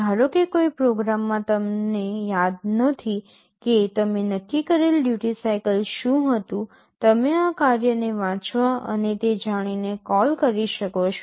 ધારો કે કોઈ પ્રોગ્રામમાં તમને યાદ નથી કે તમે નક્કી કરેલ ડ્યૂટિ સાઇકલ શું હતું તમે આ કાર્યને વાંચવા અને તે જાણીને કોલ કરી શકો છો